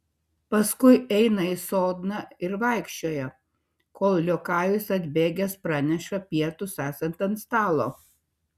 paskui eina į sodną ir vaikščioja kol liokajus atbėgęs praneša pietus esant ant stalo